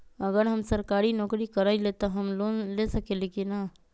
अगर हम सरकारी नौकरी करईले त हम लोन ले सकेली की न?